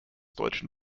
deutschen